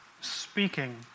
speaking